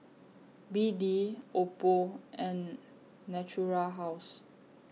B D Oppo and Natura House